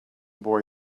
boy